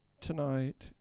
tonight